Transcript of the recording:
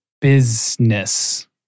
business